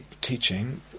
teaching